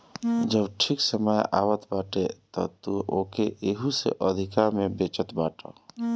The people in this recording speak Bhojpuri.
जब ठीक समय आवत बाटे तअ तू ओके एहू से अधिका में बेचत बाटअ